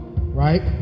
right